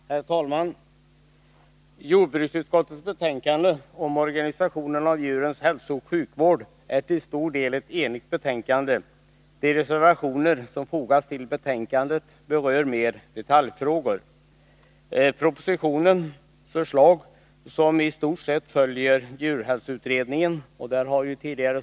Herr talman! Jordbruksutskottets betänkande om organisationen av djurens hälsooch sjukvård är till stor del ett enigt betänkande. De reservationer som fogats till betänkandet berör mer detaljfrågor. Propositionen bygger i huvudsak på djurhälsoutredningens betänkande.